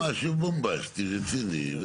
משהו בומבסטי, רציני.